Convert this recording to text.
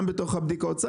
גם בבדיקות.